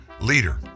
leader